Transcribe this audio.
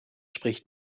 spricht